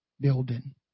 building